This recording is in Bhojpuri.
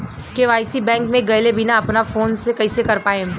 के.वाइ.सी बैंक मे गएले बिना अपना फोन से कइसे कर पाएम?